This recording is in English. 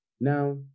Now